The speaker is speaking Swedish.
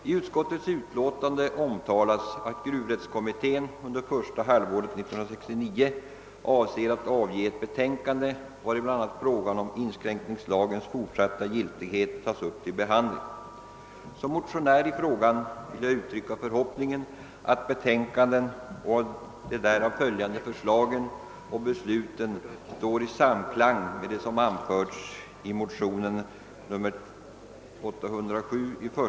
I utskottets utlåtande omtalas att gruvrättsutredningen under första halvåret 1969 avser att avge ett betänkande vari bl.a. frågan om inskränkningslagens fortsatta giltighet tas upp till behandling. Som motionär i frågan vill jag uttrycka förhoppningen att betänkandet och de därav följande för